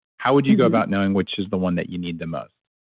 how would you go about knowing which is the one that you need the most?